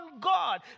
God